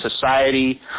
society